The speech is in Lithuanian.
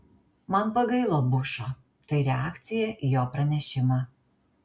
man pagailo bušo tai reakcija į jo pranešimą